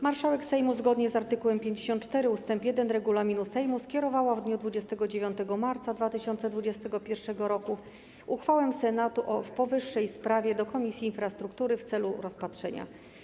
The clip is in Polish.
Marszałek Sejmu, zgodnie z art. 54 ust. 1 regulaminu Sejmu, skierowała w dniu 29 marca 2021 r. uchwałę Senatu w powyższej sprawie do Komisji Infrastruktury w celu rozpatrzenia.